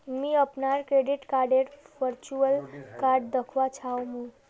मी अपनार क्रेडिट कार्डडेर वर्चुअल कार्ड दखवा चाह मु